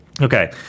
Okay